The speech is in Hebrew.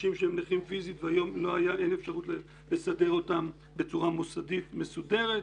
אנשים שהם נכים פיזית והיום אין אפשרות לסדר אותם בצורה מוסדית ומסודרת,